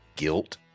guilt